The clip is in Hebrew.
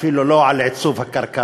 אפילו לא על עיצוב הכרכרה,